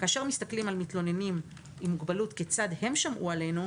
כאשר מסתכלים על מתלוננים עם מוגבלות וכיצד הם שמעו עלינו,